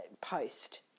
post